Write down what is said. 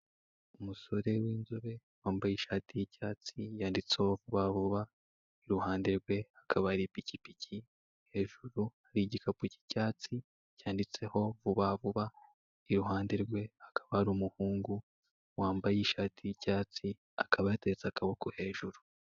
Umusore w'inzobe wambaye ishati y'icyatsi yanditseho vuba vuba, iruhande rwe hakaba hari ipikipiki, hejuru hari igikapu cy'icyatsi cyanditseho vuba vuba, iruhande rwe hakaba hari umuhungu wambaye ishati y'icyatsi, akaba yateretse akaboko hejuru.